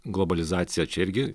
globalizacija čia irgi